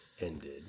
ended